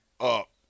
up